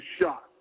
shot